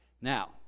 Now